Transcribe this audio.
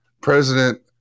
President